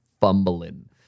fumbling